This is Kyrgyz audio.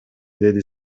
деди